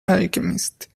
alchemist